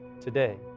today